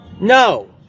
No